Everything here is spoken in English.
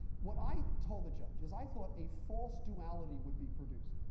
what i told the judge is i thought a false duality would be produced.